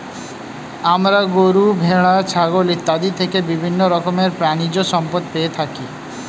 আমরা গরু, ভেড়া, ছাগল ইত্যাদি থেকে বিভিন্ন রকমের প্রাণীজ সম্পদ পেয়ে থাকি